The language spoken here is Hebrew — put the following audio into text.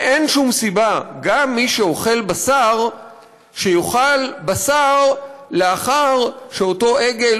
ואין שום סיבה שגם מי שאוכל בשר יאכל בשר לאחר שאותו עגל